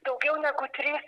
daugiau negu trys